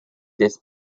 des